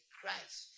Christ